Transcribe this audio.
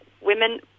women